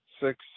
six